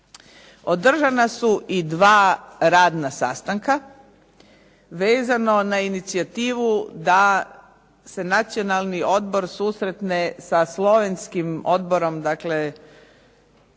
Održana su i dva radna sastanka vezano na inicijativu da se Nacionalni odbor susretne sa Odborom